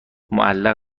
معلق